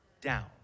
down